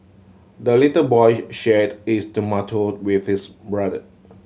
the little boy shared his tomato with his brother